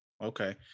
Okay